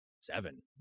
seven